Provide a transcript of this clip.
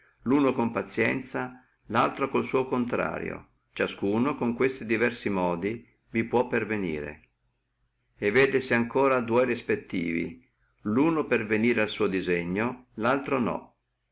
luno per pazienzia laltro con il suo contrario e ciascuno con questi diversi modi vi può pervenire vedesi ancora dua respettivi luno pervenire al suo disegno laltro no